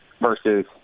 versus